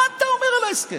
מה אתה אומר על ההסכם?